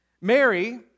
Mary